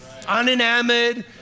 unenamored